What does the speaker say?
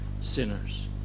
sinners